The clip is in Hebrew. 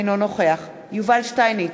אינו נוכח יובל שטייניץ,